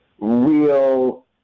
real